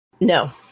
No